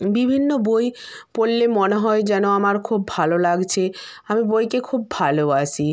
বিভিন্ন বই পড়লে মনে হয় যেন আমার খুব ভালো লাগছে আমি বইকে খুব ভালোবাসি